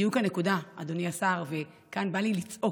בדיוק זאת הנקודה, אדוני השר, וכאן בא לי לצעוק